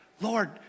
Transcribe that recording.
Lord